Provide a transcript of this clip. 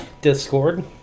Discord